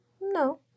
No